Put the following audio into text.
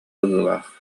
быһыылаах